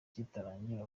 kitarangira